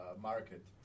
market